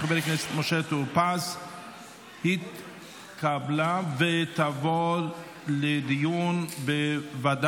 של חבר הכנסת משה טור פז התקבלה ותעבור לדיון בוועדת